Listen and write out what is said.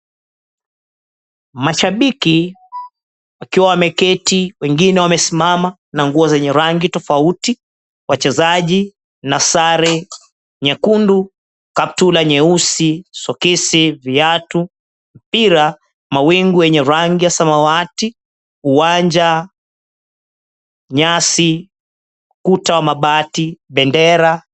Mashabiki wakiwa wameketi, wengine wamesimama na nguo zenye rangi tofauti. Wachezaji na sare nyekundu, kaptula nyeusi, sokisi, viatu, mpira, mawingu yenye rangi ya samawati, uwanja, nyasi, ukuta wa mabati, bendera.